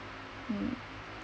um